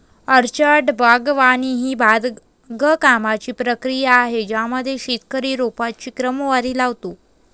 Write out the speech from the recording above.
orchard बागवानी ही बागकामाची प्रक्रिया आहे ज्यामध्ये शेतकरी रोपांची क्रमवारी लावतो